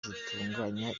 zitunganya